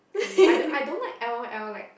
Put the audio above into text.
okay I don't I don't like L_O_L like